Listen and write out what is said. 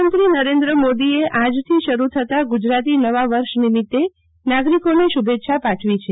પ્રધાનમંત્રી નરેન્દ્ર મોદીએ આજથી શરૂ થતાં ગુજરાતી નવા વર્ષ નિમિતે નાગરિકોને શુભેચ્છા પાઠવી છે